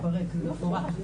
המחדל.